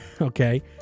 Okay